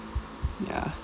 ya